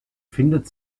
findet